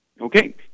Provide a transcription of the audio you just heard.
Okay